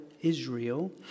Israel